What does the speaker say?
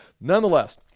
nonetheless